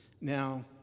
Now